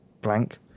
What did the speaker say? blank